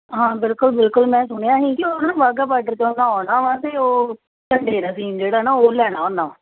ਹਾਂ ਬਿਲਕੁਲ ਬਿਲਕੁਲ ਮੈਂ ਸੁਣਿਆ ਸੀ ਕਿ ਉਹ ਨਾ ਵਾਹਗਾ ਬਾਡਰ ਤੋਂ ਉਹਨਾਂ ਆਉਣਾ ਵਾ ਅਤੇ ਉਹ ਝੰਡੇ ਦਾ ਸੀਨ ਜਿਹੜਾ ਨਾ ਉਹ ਲੈਣਾ ਉਹਨਾ